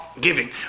giving